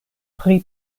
pri